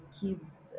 kids